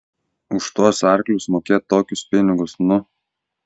už tuos arklius mokėt tokius pinigus nu